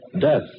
Death